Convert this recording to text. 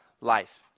life